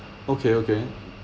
okay okay